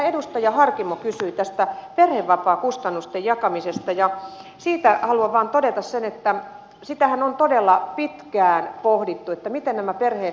edustaja harkimo kysyi perhevapaakustannusten jakamisesta ja siitä haluan vaan todeta sen että sitähän on todella pitkään pohdittu mitä nämä perheet